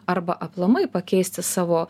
arba aplamai pakeisti savo